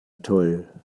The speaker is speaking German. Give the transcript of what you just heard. toll